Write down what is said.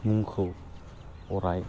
मुंखौ अराय